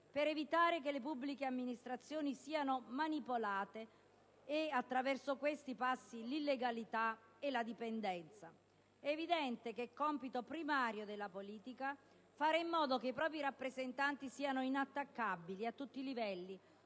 per evitare che le pubbliche amministrazioni siano manipolate e, attraverso questi passi, si sviluppino l'illegalità e la dipendenza. È evidente che è compito primario della politica fare in modo che i propri rappresentanti siano inattaccabili a tutti i livelli,